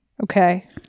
Okay